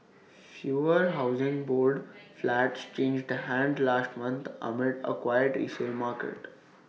fewer Housing Board flats changed hands last month amid A quiet resale market